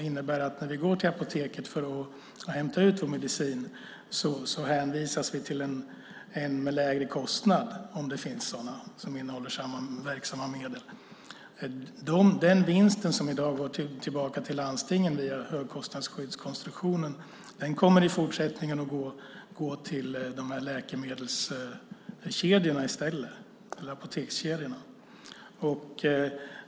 När vi går till apoteket för att hämta ut vår medicin hänvisas vi till en medicin med lägre kostnad, om det finns en sådan som innehåller samma verksamma medel. Den vinst som då uppstår går i dag tillbaka till landstingen via högkostnadsskyddskonstruktionen. Den kommer i fortsättningen att gå till de här apotekskedjorna i stället.